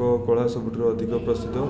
ଙ୍କ କଳାସବୁଠାରୁ ଅଧିକ ପ୍ରସିଦ୍ଧ